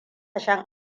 shan